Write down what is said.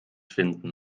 finden